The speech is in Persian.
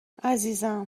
عزیزم